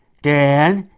dan?